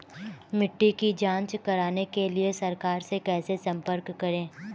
मिट्टी की जांच कराने के लिए सरकार से कैसे संपर्क करें?